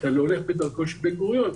אתה לא הולך בדרכו של בן גוריון,